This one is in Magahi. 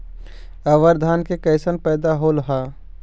अबर धान के कैसन पैदा होल हा?